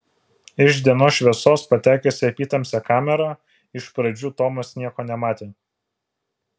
iš dienos šviesos patekęs į apytamsę kamerą iš pradžių tomas nieko nematė